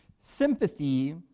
sympathy